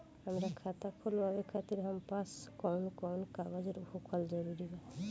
हमार खाता खोलवावे खातिर हमरा पास कऊन कऊन कागज होखल जरूरी बा?